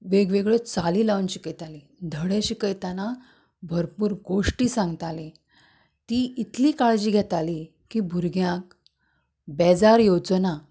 वेगवेगळ्यो चाली लावन शिकयताली धडे शिकयतना भरपूर गोश्टी सांगताली ती इतली काळजी घेताली की भुरग्यांक बेजार येवचो ना